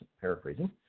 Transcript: paraphrasing